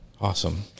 Awesome